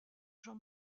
jean